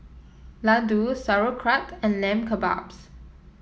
Ladoo Sauerkraut and Lamb Kebabs